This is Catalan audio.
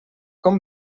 com